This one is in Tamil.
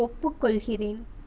ஒப்புக்கொள்கிறேன்